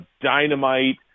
dynamite